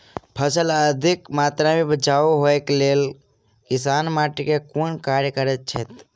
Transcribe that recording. फसल अधिक मात्रा मे उपजाउ होइक लेल किसान माटि मे केँ कुन कार्य करैत छैथ?